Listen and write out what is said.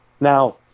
Now